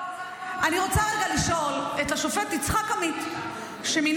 אני רוצה רגע לשאול את השופט יצחק עמית שמינה